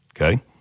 okay